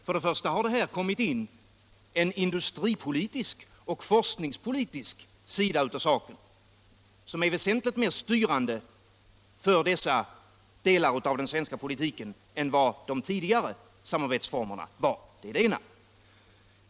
Först och främst har det kommit in en industripolitisk och forskningspolitisk sida av saken, som är väsentligt mer styrande för dessa delar av den svenska politiken än vad de tidigare samarbetsformerna var.